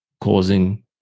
causing